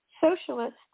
socialist